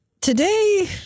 today